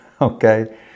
okay